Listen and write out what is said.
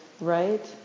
right